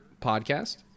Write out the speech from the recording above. podcast